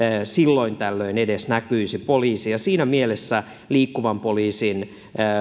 silloin tällöin edes näkyisi poliisi siinä mielessä liikkuvan poliisin